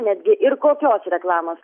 netgi ir kokios reklamos